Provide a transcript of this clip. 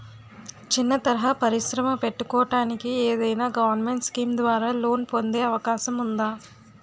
చిన్న తరహా పరిశ్రమ పెట్టుకోటానికి ఏదైనా గవర్నమెంట్ స్కీం ద్వారా లోన్ పొందే అవకాశం ఉందా?